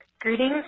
Greetings